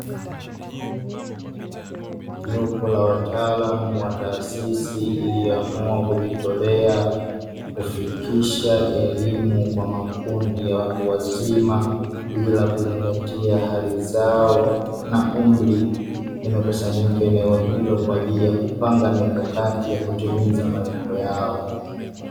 Jopo la wataalamu wa taasisi iliyoamua kujitolea kufikisha elimu kwa makundi ya watu wazima, bila kuzingatia hali zao na umri, nimekusanyika eneo hilo kwa ajili ya kupanga mikakati ya kutimiza malengo yao.